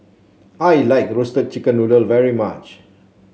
I like Roasted Chicken Noodle very much